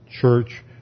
church